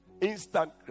Instagram